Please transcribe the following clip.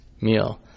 meal